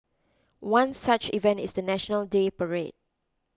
one such event is the National Day parade